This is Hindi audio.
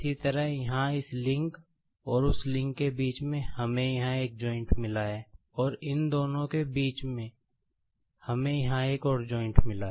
इसी तरह यहाँ इस लिंक और उस लिंक के बीच में हमें यहाँ एक जॉइंट् मिला है इन और इन दोनों के बीच हमें यहाँ एक और जॉइंट् मिला है